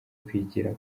kwigira